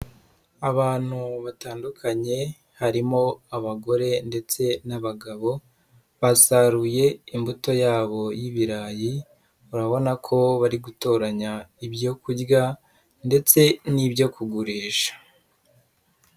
Abantu batandukanye, harimo abagore ndetse n'abagabo, basaruye imbuto yabo y'ibirayi, urabona ko bari gutoranya ibyo kurya, ndetse n'ibyo kugurisha.